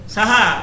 Saha